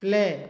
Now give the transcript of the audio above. play